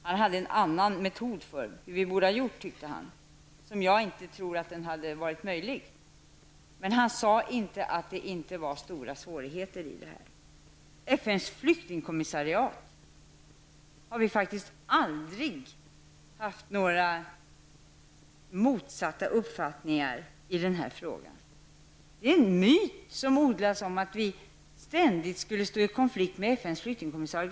Han menade sig ha en annan metod för hur vi borde ha gjort, en metod som jag inte tror hade varit genomförbar. Men han sade inte att det inte finns stora svårigheter i detta sammanhang. I förhållande till FNs flyktingkommissariat har vi faktiskt aldrig haft några motsatta uppfattningar i den här frågan. Det är en myt som odlas att vi ständigt skulle stå i konflikt med FNs flyktingkommissarie.